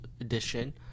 Edition